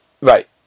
right